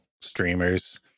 streamers